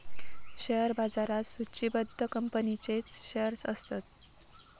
share बाजारात सुचिबद्ध कंपनींचेच शेअर्स असतत